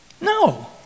No